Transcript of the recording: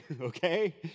okay